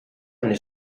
anni